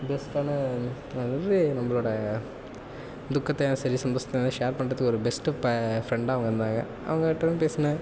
பெஸ்ட்டான அது வந்து நம்மளோட துக்கத்தையும் சரி சந்தோஷத்தையும் ஷேர் பண்ணுறதுக்கு ஒரு பெஸ்ட்டு ப ஃப்ரெண்டாக அவங்க இருந்தாங்க அவங்கக்கிட்ட தான் பேசினேன்